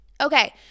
Okay